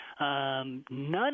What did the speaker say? None